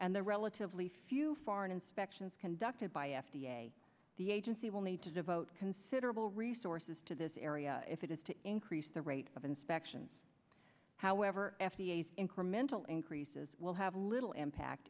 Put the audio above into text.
and the relatively few foreign inspections conducted by f d a the agency will need to devote considerable resources to this area if it is to increase the rate of inspections however f d a incremental increases will have little impact